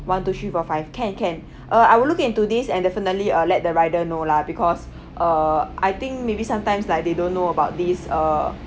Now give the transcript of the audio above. one two three four five can can uh I will look into this and definitely uh let the rider know lah because uh I think maybe sometimes like they don't know about this err